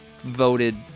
voted